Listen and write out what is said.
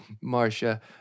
Marcia